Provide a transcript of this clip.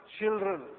children